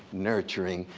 nurturing,